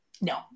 No